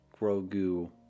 Grogu